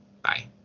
Bye